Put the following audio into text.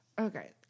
Okay